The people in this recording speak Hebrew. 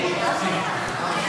היושב-ראש, חבריי חברי הכנסת,